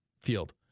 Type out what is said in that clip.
field